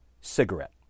cigarette